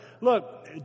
Look